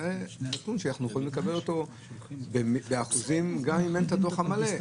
שזה נתון שאנחנו יכולים לקבל אותו באחוזים גם אם אין את הדוח המלא.